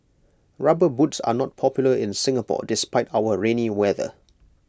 rubber boots are not popular in Singapore despite our rainy weather